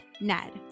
Ned